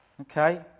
Okay